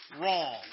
wrong